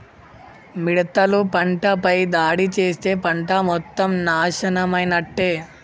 మిడతలు పంటపై దాడి చేస్తే పంట మొత్తం నాశనమైనట్టే